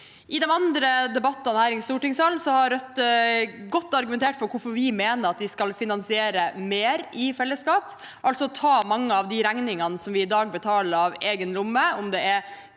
I de andre debattene her i stortingssalen har Rødt argumentert godt for hvorfor vi mener at vi skal finansiere mer i fellesskap, altså ta mange av de regningene som vi i dag betaler av egen lomme